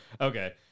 Okay